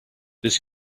this